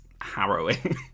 harrowing